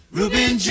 Reuben